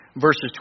Verses